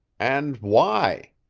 and why?